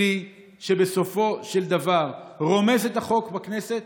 זה כלי שבסופו של דבר רומס את החוק של הכנסת